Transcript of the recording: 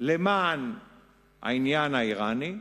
למען העניין האירני,